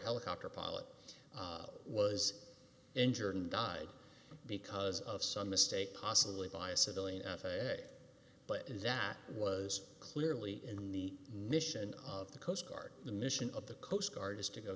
helicopter pilot was injured and died because of some mistake possibly by a civilian but that was clearly in the mission of the coast guard the mission of the coast guard is to go